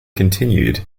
continued